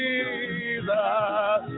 Jesus